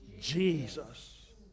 Jesus